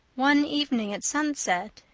one evening at sunset,